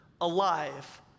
alive